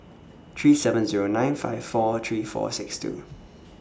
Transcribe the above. three seven Zero nine five four three four six two